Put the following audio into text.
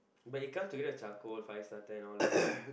but it come together with charcoal Firestarter and all these right